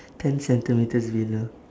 ten centimetres below